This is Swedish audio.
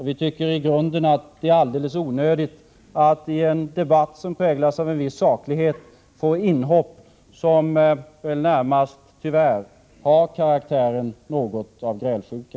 Vi tycker i grunden att det är alldeles onödigt att i en debatt som präglas av en viss saklighet få inhopp som väl närmast — tyvärr — något har karaktären av grälsjuka.